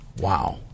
Wow